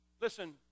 Listen